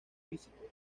físicos